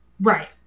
Right